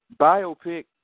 biopic